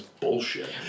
Bullshit